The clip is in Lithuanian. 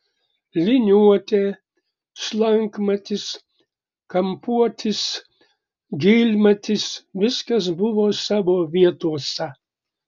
liniuotė slankmatis kampuotis gylmatis viskas buvo savo vietose